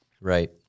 Right